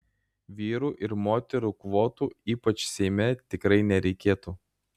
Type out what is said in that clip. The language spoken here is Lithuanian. vyrų ir moterų kvotų ypač seime tikrai nereikėtų